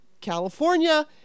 California